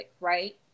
right